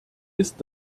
ist